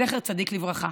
זכר צדיק לברכה,